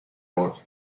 oro